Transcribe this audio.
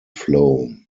flow